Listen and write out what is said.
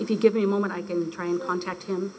if you give me a moment i can try and contact him